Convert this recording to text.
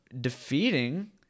defeating